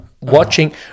Watching